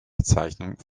bezeichnung